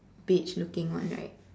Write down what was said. beige looking one right